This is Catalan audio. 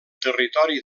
territori